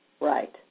Right